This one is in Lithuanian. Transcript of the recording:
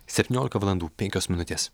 septyniolika valandų penkios minutės